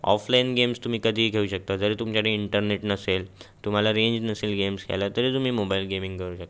offline games तुम्ही कधीही खेळू शकता जरी तुमच्याकडं इंटरनेट नसेल तुम्हाला रेंज नसेल गेम्स खेळायला तरी तुम्ही मोबाईल गेमिंग करू शकता